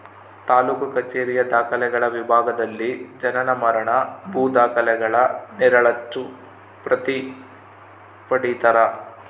ತಾಲೂಕು ಕಛೇರಿಯ ದಾಖಲೆಗಳ ವಿಭಾಗದಲ್ಲಿ ಜನನ ಮರಣ ಭೂ ದಾಖಲೆಗಳ ನೆರಳಚ್ಚು ಪ್ರತಿ ಪಡೀತರ